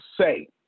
say